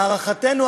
להערכתנו,